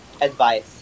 advice